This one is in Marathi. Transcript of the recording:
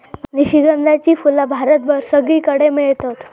निशिगंधाची फुला भारतभर सगळीकडे मेळतत